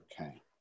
Okay